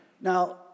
Now